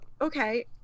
okay